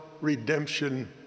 redemption